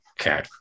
Okay